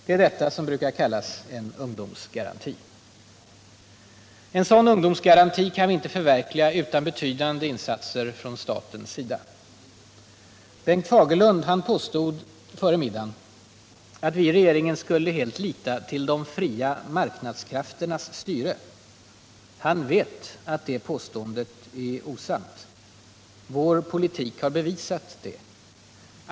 Det är detta som brukar kallas en ungdomsgaranti. En sådan ungdomsgaranti kan inte förverkligas utan betydande insatser från statens sida. Bengt Fagerlund påstod på middagen att vi i regeringen helt skulle lita till de fria marknadskrafternas styre. Han vet att det påståendet är osant. Vår politik har bevisat det.